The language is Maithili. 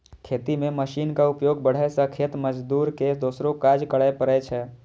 खेती मे मशीनक उपयोग बढ़ै सं खेत मजदूर के दोसरो काज करै पड़ै छै